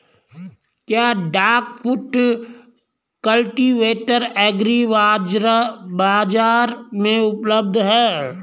क्या duck foot cultivator agri बाज़ार में उपलब्ध है?